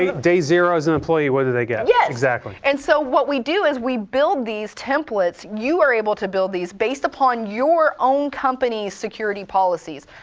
ah day zero, as an employee, what do they get. yes. exactly. and so what we do is we build these templates, you are able to build these, based upon your own company's security policies.